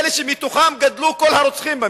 אלה שמתוכם גדלו כל הרוצחים במדינה,